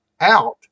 out